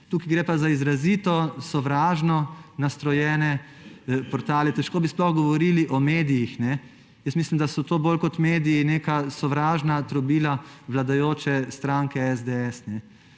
Tukaj gre pa za izrazito sovražno nastrojene portale. Težko bi sploh govorili o medijih. Mislim, da so to bolj kot mediji neka sovražna trobila vladajoče stranke SDS.